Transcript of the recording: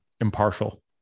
impartial